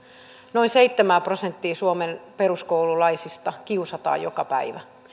noin seitsemää prosenttia suomen peruskoululaisista kiusataan joka päivä